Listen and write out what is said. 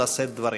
לשאת דברים.